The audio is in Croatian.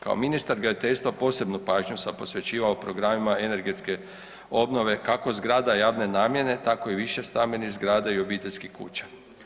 Kao ministar graditeljstva posebnu pažnju sam posvećivao programima energetske obnove kako zgrada javne namjene, tako i više stambenih zgrada i obiteljskih kuća.